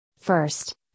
First